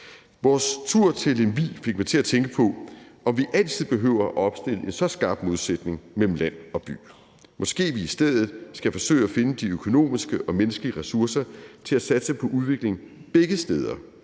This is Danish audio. Vores tur til Lemvig fik mig til at tænke på, om vi altid behøver at opstille en så skarp modsætning mellem land og by. Måske vi i stedet skal forsøge at finde de økonomiske og menneskelige ressourcer til at satse på udvikling begge steder,